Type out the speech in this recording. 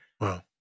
Wow